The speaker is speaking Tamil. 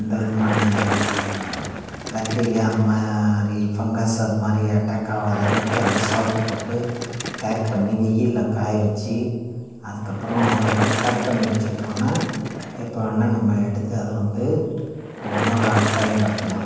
எந்த விதமான பேக்டீரியா அந்த மாதிரி ஃபங்கஸ் அது மாதிரி அட்டேக் ஆகாத அளவுக்கு அதை சால்ட்டை போட்டு பேக் பண்ணி வெயிலில் காய வச்சி அதுக்கப்புறம் அதை வந்து பேக் பண்ணி வச்சிக்கிட்டோன்னா எப்போ வேண்ணால் நம்ம எடுத்து அதை வந்து உணவாகப் பயன்படுத்தலாம்